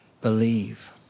believe